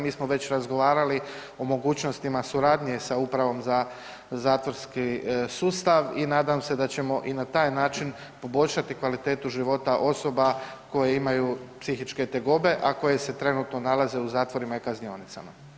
Mi smo već razgovarali o mogućnostima suradnje sa Upravom za zatvorski sustav i nadam se da ćemo i na taj način poboljšati kvalitetu života osoba koje imaju psihičke tegobe, a koje se trenutno nalaze u zatvorima i kaznionicama.